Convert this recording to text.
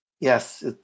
Yes